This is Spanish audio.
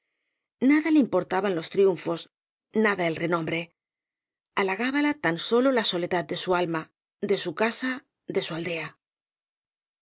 nada le importaban los triunfos nada el renombre halagábale tan sólo la soledad de su alma de su casa de su aldea